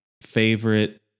favorite